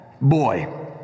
boy